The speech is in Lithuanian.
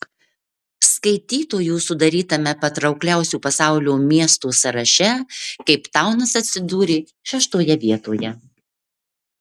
skaitytojų sudarytame patraukliausių pasaulio miestų sąraše keiptaunas atsidūrė šeštoje vietoje